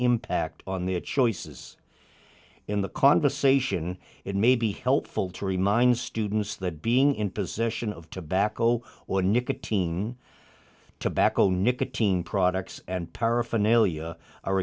impact on their choices in the conversation it may be helpful to remind students that being in possession of tobacco or nicotine tobacco new katyn products and paraphernalia